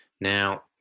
Now